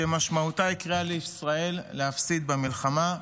שמשמעותה היא קריאה לישראל להפסיד במלחמה,